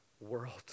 world